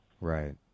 Right